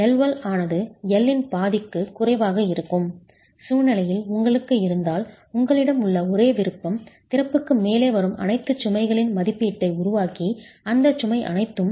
L 1 ஆனது L இன் பாதிக்கு குறைவாக இருக்கும் சூழ்நிலை உங்களுக்கு இருந்தால் உங்களிடம் உள்ள ஒரே விருப்பம் திறப்புக்கு மேலே வரும் அனைத்து சுமைகளின் மதிப்பீட்டை உருவாக்கி அந்த சுமை அனைத்தும்